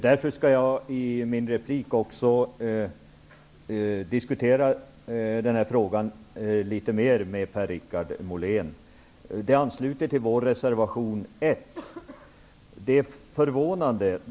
Därför vill jag i min replik också diskutera den här frågan litet mer med Per-Richard Molén. Det ansluter till vår reservation nr 1.